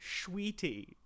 Sweetie